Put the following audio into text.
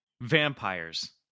vampires